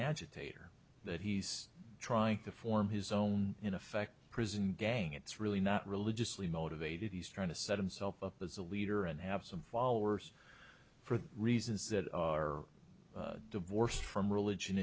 agitator that he's trying to form his own in effect prison gang it's really not religiously motivated he's trying to set himself up as a leader and have some followers for reasons that are divorced from religion